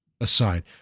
aside